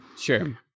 Sure